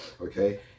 okay